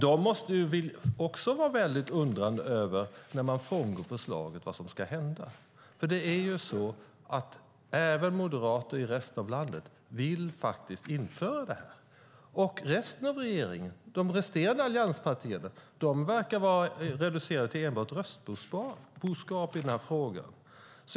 De måste också vara väldigt undrande, när man frångår förslaget, över vad som ska hända. Även moderater i resten av landet vill faktiskt införa det här. Resten av regeringen, de resterande allianspartierna, verkar vara reducerade till enbart röstboskap i den här frågan.